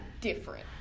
different